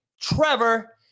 Trevor